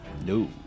No